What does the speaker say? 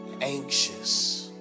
anxious